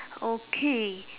okay